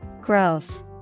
Growth